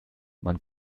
man